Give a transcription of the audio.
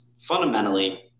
fundamentally